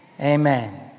Amen